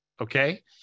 Okay